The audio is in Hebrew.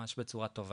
ממש בצורה טובה.